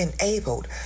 enabled